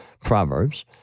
Proverbs